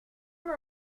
donc